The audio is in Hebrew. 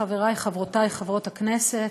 חברי וחברותי חברות הכנסת,